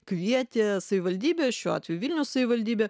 kvietė savivaldybė šiuo atveju vilniaus savivaldybė